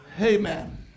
Amen